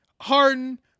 Harden